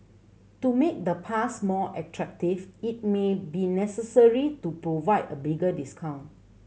to make the pass more attractive it may be necessary to provide a bigger discount